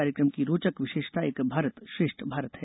कार्यक्रम की रोचक विशेषता एक भारत श्रेष्ठ भारत है